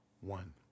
one